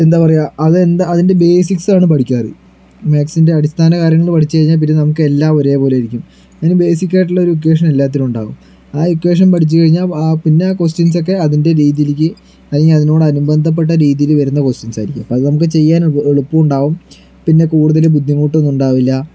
എന്താ പറയുക അത് എന്താ അതിൻ്റെ ബേസിക്സാണ് പഠിക്കാറ് മാക്സിൻ്റെ അടിസ്ഥാന കാര്യങ്ങൾ പഠിച്ച് കഴിഞ്ഞാൽ പിന്നെ നമുക്ക് എല്ലാം ഒരേപോലെ ആയിരിക്കും അതിന് ബേസിക് ആയിട്ടുള്ള ഇക്വെഷൻ എല്ലാത്തിനും ഉണ്ടായിരിക്കും ആ ഇക്വെഷൻ പഠിച്ച് കഴിഞ്ഞ ആ പിന്നെ കൊസ്റ്റിയൻസ് ഒക്കെ അതിൻ്റെ രീതിയിലേക്ക് അല്ലെങ്കിൽ അതിനോട് അനുബന്ധപെട്ട രീതിയിൽ വരുന്ന കൊസ്റ്റിയൻസായിരിക്കും അത് നമുക്ക് ചെയ്യാൻ എളുപ്പം ഉണ്ടാകും പിന്നെ കൂടുതലും ബുദ്ധിമുട്ട് ഒന്നും ഉണ്ടാവില്ല